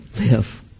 live